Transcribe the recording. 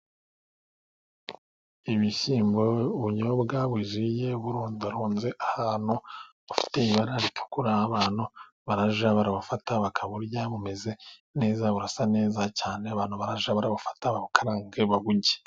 Ibishyimbo, ubunyobwa bugiye burudurunze ahantu, bufite ibara ritukura, abantu barajya barabufata bakabarya bumeze neza burasa neza cyane, abantu barajya barabufata babukarange baburye.